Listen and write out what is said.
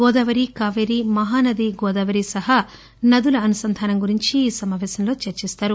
గోదావరి కాపేరి మహానది గోదావరి సహా నదుల అనుసంధానం గురించి ఈ సమాపేశంలో చర్చిస్తారు